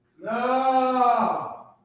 No